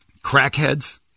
crackheads